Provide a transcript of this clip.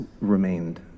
remained